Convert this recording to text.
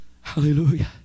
hallelujah